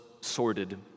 sordid